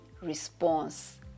response